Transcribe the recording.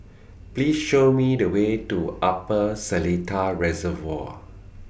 Please Show Me The Way to Upper Seletar Reservoir